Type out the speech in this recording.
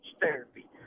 therapy